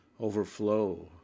overflow